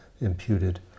imputed